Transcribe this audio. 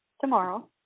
tomorrow